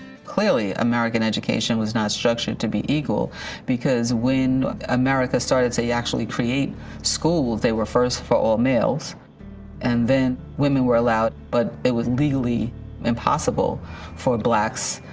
clearly, american education was not structured to be equal because when america started, they actually create schools, they were first for all males and then women were allowed but it was legally impossible for blacks,